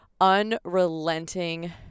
unrelenting